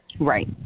right